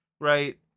right